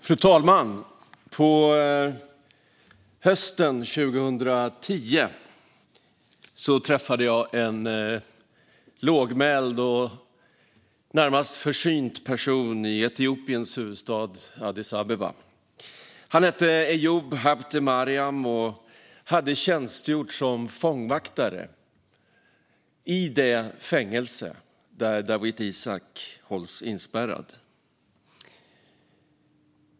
Fru talman! På hösten 2010 träffade jag en lågmäld och närmast försynt person i Etiopiens huvudstad Addis Abeba. Han hette Eyob Habtemariam och hade tjänstgjort som fångvaktare i det fängelse där Dawit Isaak hålls inspärrad.